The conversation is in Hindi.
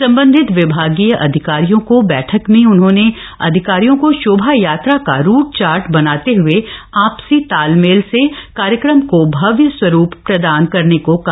सम्बन्धित विभागीय अधिकारियों को बैठक में उन्होंने अधिकारियों को शोभा यात्रा का रूट चार्ट बनाते हए आपसी समन्वय से कार्यक्रम को भव्य स्वरूप प्रदान करने को कहा